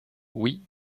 oui